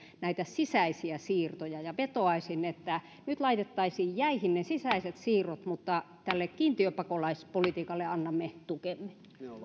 näitä sisäisiä siirtoja vetoaisin että nyt laitettaisiin jäihin ne sisäiset siirrot mutta tälle kiintiöpakolaispolitiikalle annamme tukemme